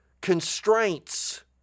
constraints